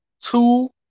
two